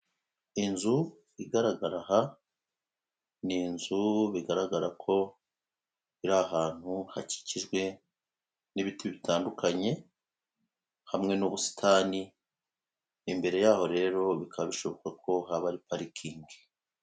Inzu igaragara aha ni izu bigaragara ko iri ahantu hakikijwe n'ibiti bitandukanye harimwe n'ubusitani. Imbere yayo rero bikaba bishoboka ko haba ari parikingi.